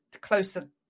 closer